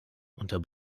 unter